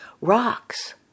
rocks